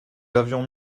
avions